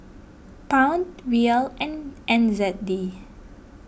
Pound Riyal and N Z D